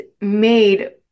made